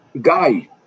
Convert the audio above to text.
guy